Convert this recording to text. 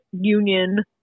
union